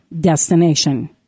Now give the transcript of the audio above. destination